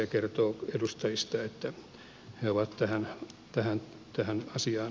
se kertoo edustajista että he ovat tähän asiaan